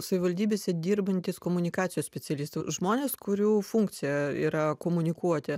savivaldybėse dirbantys komunikacijos specialistų žmonės kurių funkcija yra komunikuoti